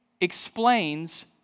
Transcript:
explains